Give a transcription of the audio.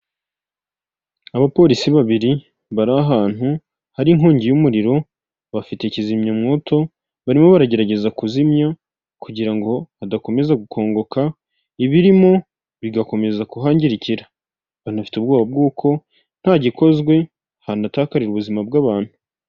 Iyo abayobozi basoje inama bari barimo hari ahantu habugenewe bahurira bakiga ku myanzuro yafashwe ndetse bakanatanga n'umucyo ku bibazo byagiye bigaragazwa ,aho hantu iyo bahageze baraniyakira.